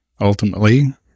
ultimately